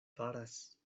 faras